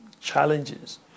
challenges